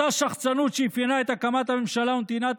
אותה שחצנות שאפיינה את הקמת הממשלה ונתינת